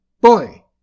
Boy